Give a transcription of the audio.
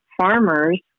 farmers